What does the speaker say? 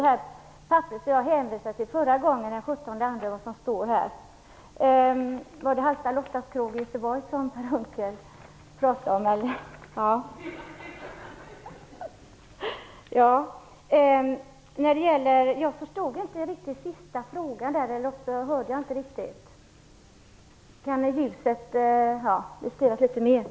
Jag hänvisade vid den förra debatten till vad som står i detta papper av den 17 februari. Unckel pratade om? Jag förstod inte riktigt den sista frågan eller också hörde jag den inte riktigt. Det var något med ljuset.